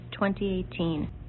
2018